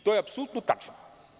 To je apsolutno tačno.